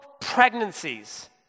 pregnancies